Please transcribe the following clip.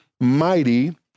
mighty